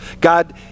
God